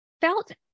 felt